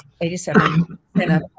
87